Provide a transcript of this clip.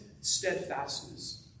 steadfastness